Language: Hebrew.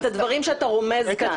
את הדברים שאתה רומז כאן.